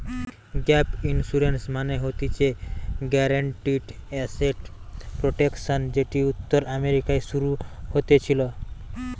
gap insurance মানে হতিছে guaranteed asset protection যেটি উত্তর আমেরিকায় শুরু হতেছিলো